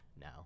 now